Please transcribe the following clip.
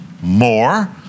More